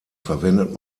verwendet